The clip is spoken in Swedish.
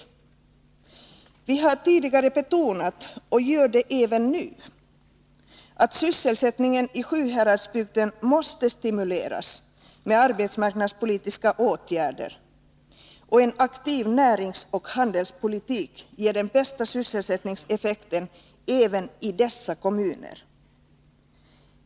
Vi har tidigare betonat — och gör det även nu — att sysselsättningen i Sjuhäradsbygden måste stimuleras med arbetsmarknadspolitiska åtgärder. Och en aktiv näringsoch handelspolitik ger den bästa sysselsättningseffekten även i dessa kommuner.